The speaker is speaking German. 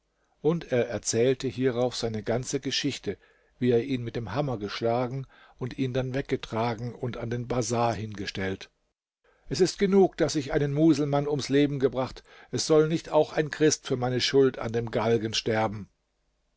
und er erzählte hierauf seine ganze geschichte wie er ihn mit dem hammer geschlagen und ihn dann weggetragen und an den bazar hingestellt es ist genug daß ich einen muselmann ums leben gebracht es soll nicht auch ein christ für meine schuld an dem galgen sterben